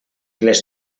les